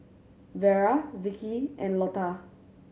Vera Vikki and Lotta